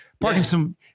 Parkinson